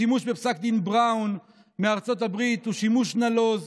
השימוש בפסק דין בראון מארצות הברית הוא שימוש נלוז,